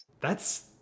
That's-